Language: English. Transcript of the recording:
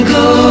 go